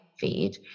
feed